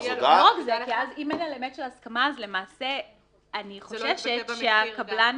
ואם אין אלמנט של הסכמה, אני חוששת שקבלן